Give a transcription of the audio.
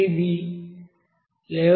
ఇది 11